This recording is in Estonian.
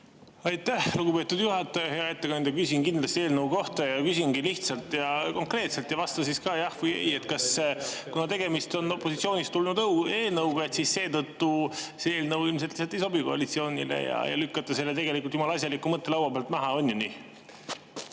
Aitäh, lugupeetud juhataja! Hea ettekandja! Küsin kindlasti eelnõu kohta ja küsin lihtsalt ja konkreetselt, vasta siis kas jah või ei. Kuna tegemist on opositsioonist tulnud eelnõuga, siis seetõttu see ilmselt ei sobi koalitsioonile ja lükkate selle jumala asjaliku eelnõu laua pealt maha. On ju nii?